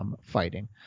fighting